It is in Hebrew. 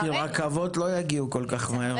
כי רכבות לא יגיעו כל כך מהר.